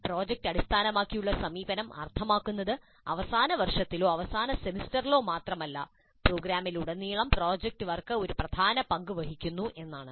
project അടിസ്ഥാനമാക്കിയുള്ള സമീപനം അർത്ഥമാക്കുന്നത് അവസാന വർഷത്തിലോ അവസാന സെമസ്റ്ററിലോ മാത്രമല്ല പ്രോഗ്രാമിലുടനീളം പ്രോജക്റ്റ് വർക്ക് ഒരു പ്രധാന പങ്ക് വഹിക്കുന്നു എന്നാണ്